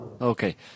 Okay